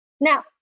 Now